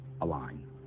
align